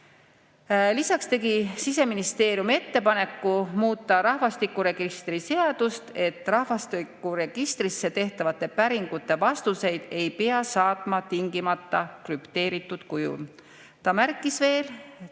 Lisaks tegi Siseministeerium ettepaneku muuta rahvastikuregistri seadust, et rahvastikuregistrisse tehtavate päringute vastuseid ei pea saatma tingimata krüpteeritud kujul. Ta märkis veel,